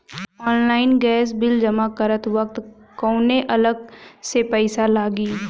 Online gas bill जमा करत वक्त कौने अलग से पईसा लागी?